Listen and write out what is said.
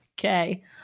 Okay